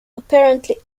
apparently